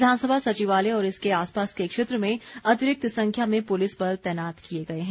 विधानसभा सचिवालय और इसके आसपास के क्षेत्र में अतिरिक्त संख्या में पुलिस बल तैनात किए गए हैं